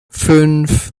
fünf